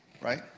right